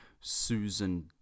Susan